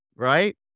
right